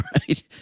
right